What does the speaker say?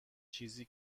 چیزی